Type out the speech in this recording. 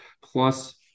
plus